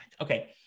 Okay